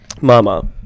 Mama